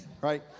Right